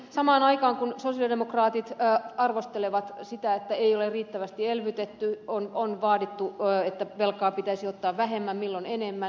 samaan aikaan kun sosialidemokraatit arvostelevat sitä että ei ole riittävästi elvytetty on vaadittu että velkaa pitäisi ottaa milloin vähemmän milloin enemmän